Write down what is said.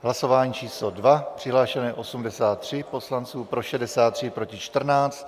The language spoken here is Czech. Hlasování číslo 2, přihlášeno je 83 poslanců, pro 63, proti 14.